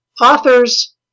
authors